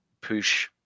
push